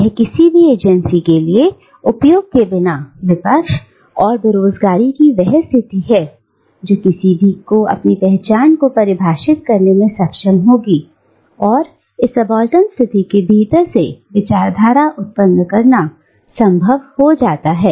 यह किसी भी एजेंसी के लिए उपयोग किए बिना विपक्ष और बेरोजगारी की वह स्थिति है जो किसी की अपनी पहचान को परिभाषित करने में सक्षम होंगी और इस सबाल्टर्न स्थिति के भीतर से विचारधारा उत्पन्न करना असंभव हो जाता है